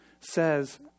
says